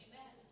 Amen